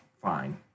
fine